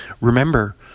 remember